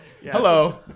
Hello